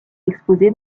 exposé